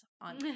on